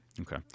Okay